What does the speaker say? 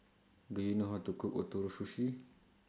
Do YOU know How to Cook Ootoro Sushi